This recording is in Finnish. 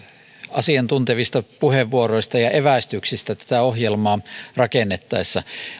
asiantuntevista puheenvuoroista ja evästyksistä tätä ohjelmaa rakennettaessa